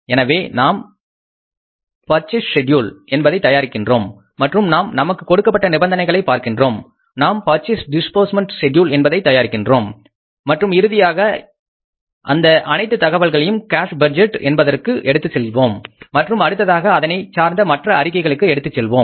எனவே நாம் purchase schedule என்பதை தயாரிக்கிறோம் மற்றும் நாம் நமக்கு கொடுக்கப்பட்ட நிபந்தனைகளை பார்க்கின்றோம் நாம் பர்சேஸ் டிஸ்பூர்ஸ்மெண்ட் ஷெட்யூல் என்பதை தயாரிப்போம் மற்றும் இறுதியாக இந்த அனைத்து தகவல்களையும் கேஸ் பட்ஜெட் என்பதற்கு எடுத்துச் செல்வோம் மற்றும் அடுத்ததாக அதனை சார்ந்த மற்ற அறிக்கைகளுக்கு எடுத்துச் செல்வோம்